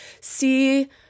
see